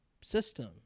system